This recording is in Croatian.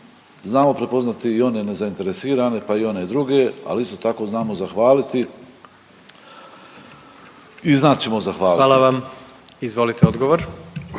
znamo prepoznati i one nezainteresirane pa i one druge, ali isto tako znamo zahvaliti i znat ćemo zahvaliti. **Jandroković, Gordan